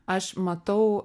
aš matau